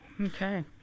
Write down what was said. Okay